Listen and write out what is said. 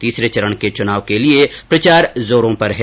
तीसरे चरण के चुनाव के लिए प्रचार जोरों पर है